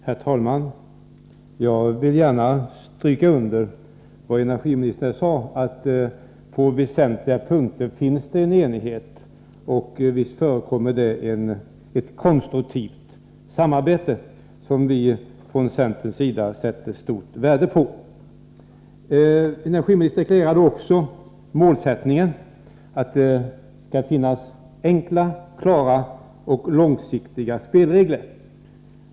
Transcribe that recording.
Herr talman! Jag vill gärna stryka under energiministerns påpekande att det på väsentliga punkter finns en enighet. Visst förekommer det ett konstruktivt samarbete, som vi från centerns sida sätter stort värde på. Energiministern kreerade också målsättningen att det skall finnas enkla, klara och långsiktiga spelregler.